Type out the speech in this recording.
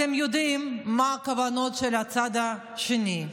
אתם יודעים מה הכוונות של הצד השני,